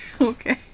Okay